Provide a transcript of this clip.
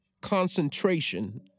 concentration